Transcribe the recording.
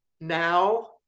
now